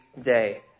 day